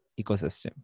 ecosystem